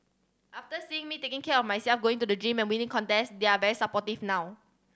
after seeing me taking care of myself going to the gym and winning contests they're very supportive now